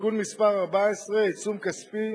(תיקון מס' 14) (עיצום כספי),